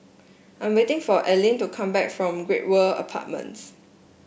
I am waiting for Alene to come back from Great World Apartments